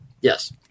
Yes